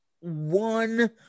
One